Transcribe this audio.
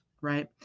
right